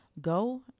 go